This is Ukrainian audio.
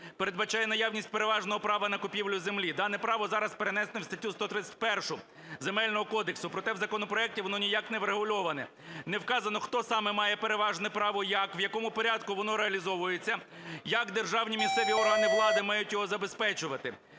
передбачає наявність переважного права на купівлю землі. Дане право зараз перенесене в статтю 131 Земельного кодексу, проте в законопроекті воно ніяк не врегульоване: не вказано, хто саме має переважне право, як, в якому порядку воно реалізовується, як державні місцеві органи влади мають його забезпечувати.